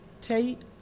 Tate